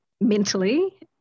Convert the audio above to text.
mentally